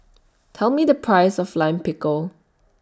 Tell Me The Price of Lime Pickle